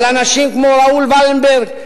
אנשים כמו ראול ולנברג,